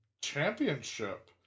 championship